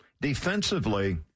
defensively